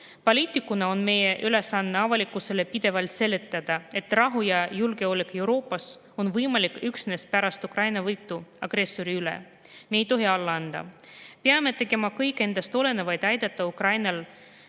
Poliitikutena on meie ülesanne avalikkusele pidevalt seletada, et rahu ja julgeolek Euroopas on võimalik üksnes pärast Ukraina võitu agressori üle. Me ei tohi alla anda. Peame tegema kõik endast oleneva, et aidata Ukrainal